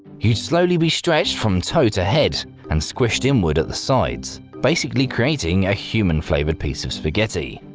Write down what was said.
you'd slowly be stretched from toe to head and squished inward at the sides, basically creating a human-flavoured piece of spaghetti.